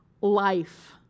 life